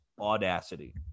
Audacity